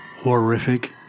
Horrific